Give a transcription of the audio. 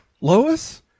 Lois